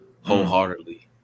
wholeheartedly